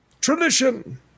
tradition